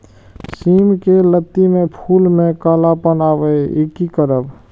सिम के लत्ती में फुल में कालापन आवे इ कि करब?